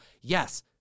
yes